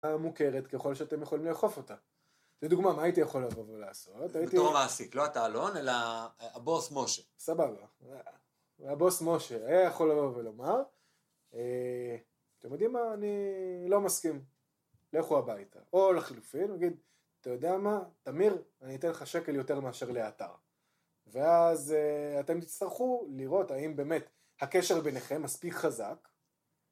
המוכרת ככל שאתם יכולים לאכוף אותה זו דוגמא מה הייתי יכול לבוא ולעשות בתור מעסיק לא אתה אלון אלא הבוס משה סבבה והבוס משה היה יכול לעבור ולומר אתם יודעים מה אני לא מסכים לכו הביתה או לחילופין תמיר אני אתן לך שקל יותר מאשר לעטר ואז אתם תצטרכו לראות האם באמת הקשר ביניכם מספיק חזק